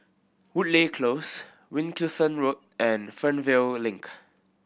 Woodleigh Close Wilkinson Road and Fernvale Link